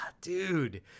dude